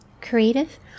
creative